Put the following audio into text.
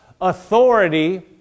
authority